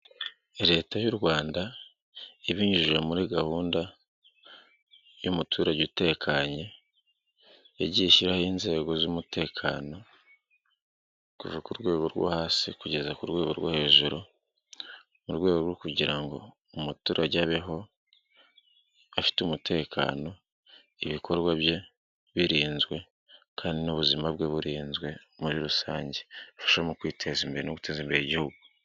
Leta y'u Rwanda ibinyujije muri gahunda y'umuturage utekanye yagiye ishyiraho inzego z'umutekano kuva ku rwego rwo hasi kugeza ku rwego rwo hejuru, mu rwego rwo kugira ngo umuturage abeho afite umutekano, ibikorwa bye birinzwe kandi n'ubuzima bwe burinzwe muri rusange, arusheho mu kwiteza imbere no guteza imbere igihugu.